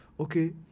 Okay